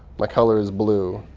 my color is blue.